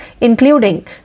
including